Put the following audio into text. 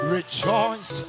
Rejoice